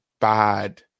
bad